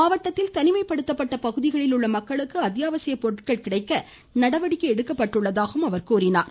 மாவட்டத்தில் தனிமைப்படுத்தப்பட்ட பகுதிகளில் உள்ள மக்களுக்கு அத்யாவசிய பொருட்கள் கிடைக்க நடவடிக்கை எடுக்கப்பட்டுள்ளதாகவும் அவர் தெரிவித்தார்